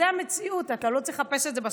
זו המציאות, אתה לא צריך לחפש את זה בספרים.